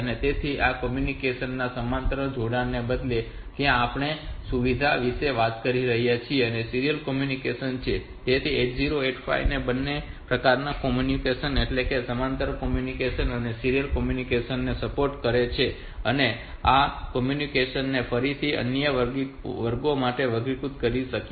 તેથી આ કોમ્યુનિકેશન ના સમાંતર જોડાણોને બદલે ત્યાં આપણે જે સુવિધા વિશે વાત કરી રહ્યા છીએ તે સીરીયલ કોમ્યુનિકેશન છે તેથી 8085 પ્રોસેસર તે બંને પ્રકારના કોમ્યુનિકેશન એટલે કે સમાંતર કોમ્યુનિકેશન અને સીરીયલ કોમ્યુનિકેશન ને સપોર્ટ કરે છે અને આ સમાંતર કોમ્યુનિકેશન ને ફરીથી અન્ય વર્ગોમાં વર્ગીકૃત કરી શકાય છે